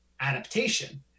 adaptation